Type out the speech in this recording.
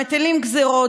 מטילים גזרות,